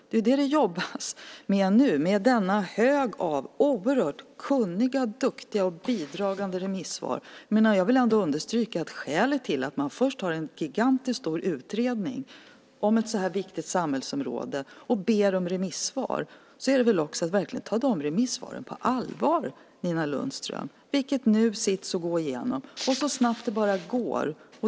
Det är det som det jobbas med nu, med denna hög av bidragande remissvar från oerhört kunniga och duktiga remissinstanser. Om man först har en gigantisk utredning om ett så här viktigt samhällsområde och ber om remissvar gäller det väl också att verkligen ta de remissvaren på allvar, Nina Lundström? Dessa sitter man nu och går igenom så snabbt det bara går.